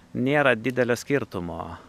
nėra didelio skirtumo